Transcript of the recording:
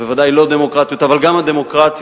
בוודאי לא-דמוקרטיות, אבל גם הדמוקרטיות,